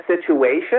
situation